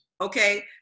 Okay